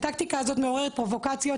הטקטיקה הזאת מעוררת פרובוקציות,